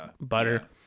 butter